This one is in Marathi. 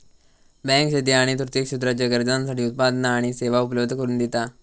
बँक शेती आणि तृतीय क्षेत्राच्या गरजांसाठी उत्पादना आणि सेवा उपलब्ध करून दिता